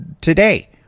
today